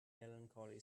melancholy